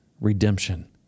redemption